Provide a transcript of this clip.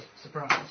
Surprise